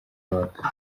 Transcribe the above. work